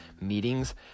meetings